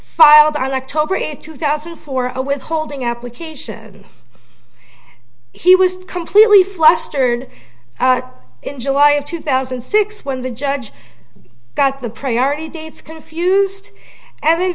eighth two thousand for a withholding application he was completely flustered in july of two thousand and six when the judge got the priority dates confused and then